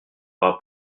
fera